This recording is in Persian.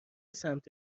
سمت